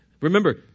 Remember